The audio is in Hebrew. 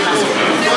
יממן.